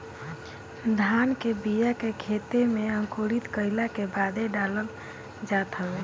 धान के बिया के खेते में अंकुरित कईला के बादे डालल जात हवे